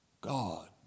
God